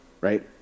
right